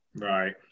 right